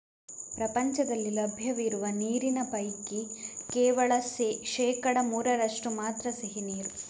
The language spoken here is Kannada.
ಪ್ರಪಂಚದಲ್ಲಿ ಲಭ್ಯ ಇರುವ ನೀರಿನ ಪೈಕಿ ಕೇವಲ ಶೇಕಡಾ ಮೂರರಷ್ಟು ಮಾತ್ರ ಸಿಹಿ ನೀರು